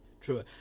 True